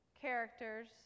characters